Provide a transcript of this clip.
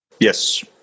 Yes